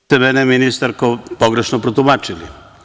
Vi ste mene, ministarko, pogrešno protumačili.